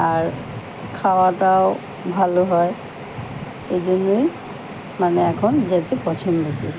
আর খাওয়াটাও ভালো হয় এই জন্যই আমরা এখন যেতে পছন্দ করি